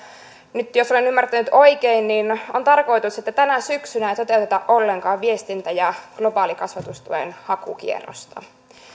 nyt jos olen ymmärtänyt oikein niin on tarkoitus että tänä syksynä ei toteuteta ollenkaan viestintä ja globaalikasvatustuen hakukierrosta